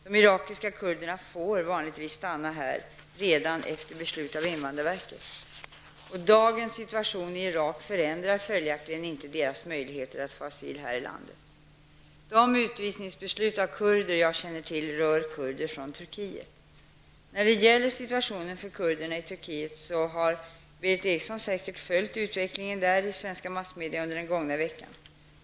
De irakiska kurderna får vanligtvis stanna här redan efter beslut av invandrarverket. Dagens situation i Irak förändrar följaktligen inte deras möjligheter att få asyl här i landet. De beslut om utvisning av kurder jag känner till rör kurder från Turkiet. När det gäller situationen för kurderna i Turkiet har Berith Eriksson säkert följt utvecklingen där i svensk massmedia under den gångna veckan.